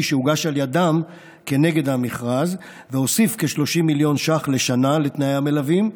שהוגש על ידם כנגד המכרז והוסיף כ-30 מיליון ש"ח לשנה לתנאי המלווים.